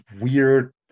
weird